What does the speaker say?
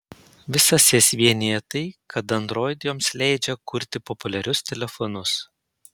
visas jas vienija tai kad android joms leidžia kurti populiarius telefonus